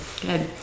Good